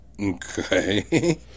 Okay